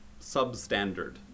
substandard